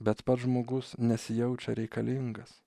bet pats žmogus nesijaučia reikalingas